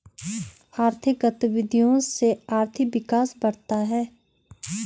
आर्थिक गतविधियों से आर्थिक विकास बढ़ता है